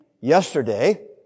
yesterday